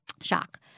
Shock